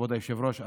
כבוד היושב-ראש?